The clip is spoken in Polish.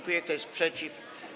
Kto jest przeciw?